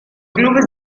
clubes